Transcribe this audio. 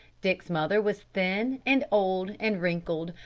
dick's mother was thin, and old, and wrinkled,